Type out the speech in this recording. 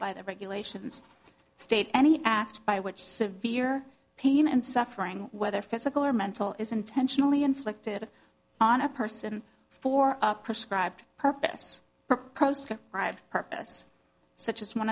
by the regulations state any act by which severe pain and suffering whether physical or mental is intentionally inflicted on a person for prescribed purpose bribe purpose such as one